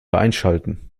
einschalten